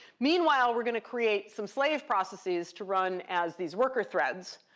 meanwhile, we're going to create some slave processes to run as these worker threads.